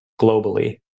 globally